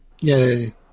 Yay